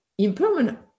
Impermanent